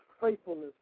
faithfulness